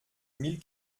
mille